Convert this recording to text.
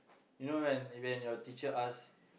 you know when when your teacher ask